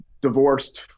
divorced